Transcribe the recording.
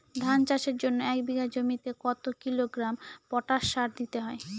ধান চাষের জন্য এক বিঘা জমিতে কতো কিলোগ্রাম পটাশ সার দিতে হয়?